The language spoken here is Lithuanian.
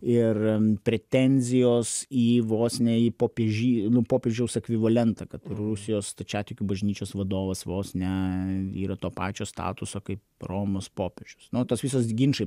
ir pretenzijos į vos ne į popieži nu popiežiaus ekvivalentą kad rusijos stačiatikių bažnyčios vadovas vos ne yra to pačio statuso kaip romos popiežius nu tas visos ginčai